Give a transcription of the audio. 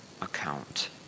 account